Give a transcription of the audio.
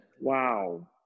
Wow